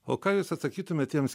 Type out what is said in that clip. o ką jūs atsakytumėt tiems